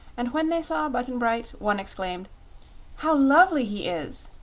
and when they saw button-bright one exclaimed how lovely he is!